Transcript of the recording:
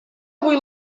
avui